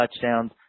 touchdowns